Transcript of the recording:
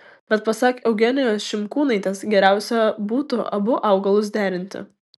bet pasak eugenijos šimkūnaitės geriausia būtų abu augalus derinti